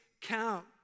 count